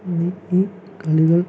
ഈ ഈ കളികൾ